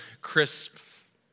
crisp